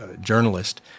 journalist